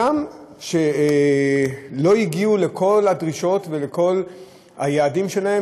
הגם שלא הגיעו לכל הדרישות ולכל היעדים שלהם,